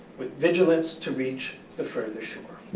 with vigilance, to reach the further shore.